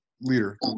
leader